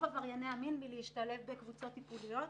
עברייני המין להשתלב בקבוצות טיפוליות.